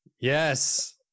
Yes